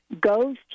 goes